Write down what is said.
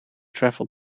travel